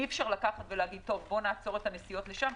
אי אפשר לומר: נעצור את הנסיעות לשם,